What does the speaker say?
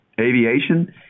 aviation